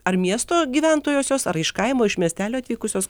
ar miesto gyventojos jos ar iš kaimo iš miestelio atvykusios